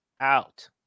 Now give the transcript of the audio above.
out